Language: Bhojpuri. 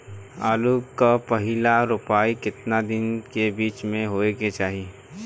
आलू क पहिला रोपाई केतना दिन के बिच में होखे के चाही?